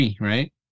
right